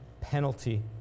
penalty